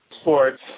sports